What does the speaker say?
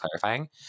clarifying